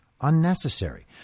unnecessary